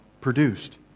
produced